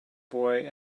boy